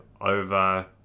over